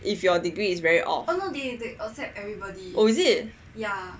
if your degree is very orh oh is it ya